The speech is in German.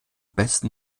besten